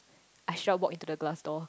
I shall walk into the glass door